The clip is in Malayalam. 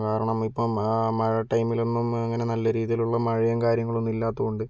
കാരണം ഇപ്പോൾ മഴ ടൈമിൽ ഒന്നും അങ്ങനെ നല്ല രീതിയിലുള്ള മഴയും കാര്യങ്ങളും ഒന്നും ഇല്ലാത്ത കൊണ്ട്